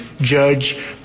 Judge